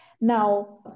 Now